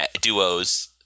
duos